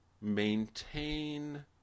maintain